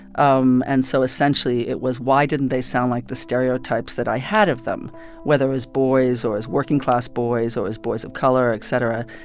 um and so, essentially, it was why didn't they sound like the stereotypes that i had of them whether as boys or as working-class boys or as boys of color, et cetera?